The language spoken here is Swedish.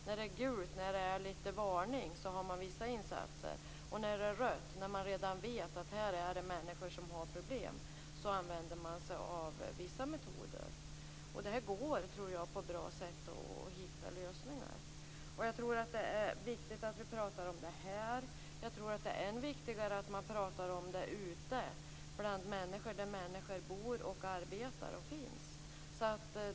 Vid gult, lite varning, görs vissa insatser. Vid rött, här finns människor med problem, används vissa metoder. Det går att hitta lösningar. Det är viktigt att prata om denna fråga här. Det är än viktigare att prata om denna fråga ute bland människor, där de bor, arbetar och finns.